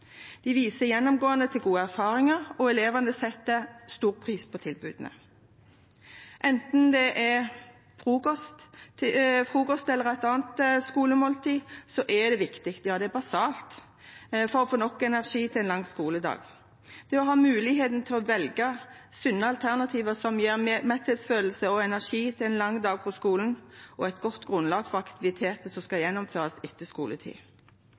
de ser verdien av det. De viser gjennomgående til gode erfaringer, og elevene setter stor pris på tilbudene. Enten det er frokost eller det er et annet skolemåltid, er det viktig – ja, det er basalt – for å få nok energi til en lang skoledag, det å ha muligheten til å velge sunne alternativer som gir metthetsfølelse og energi til en lang dag på skolen og et godt grunnlag for aktiviteter som skal gjennomføres etter skoletid.